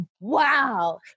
wow